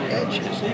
edges